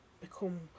become